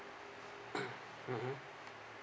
mmhmm